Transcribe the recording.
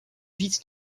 vite